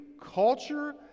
culture